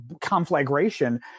conflagration